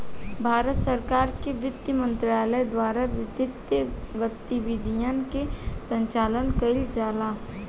भारत सरकार के बित्त मंत्रालय द्वारा वित्तीय गतिविधियन के संचालन कईल जाला